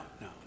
no